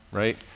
right?